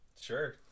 Sure